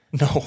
No